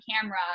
camera